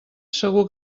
segur